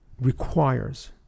requires